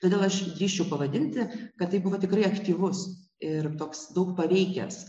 todėl aš drįsčiau pavadinti kad tai buvo tikrai aktyvus ir toks daug paveikęs